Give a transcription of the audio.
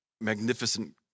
magnificent